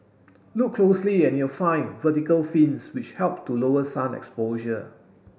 look closely and you'll find vertical fins which help to lower sun exposure